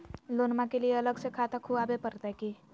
लोनमा के लिए अलग से खाता खुवाबे प्रतय की?